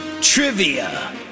trivia